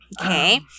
Okay